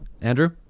Andrew